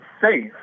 safe